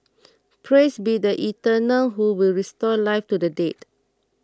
praise be the eternal who will restore life to the dead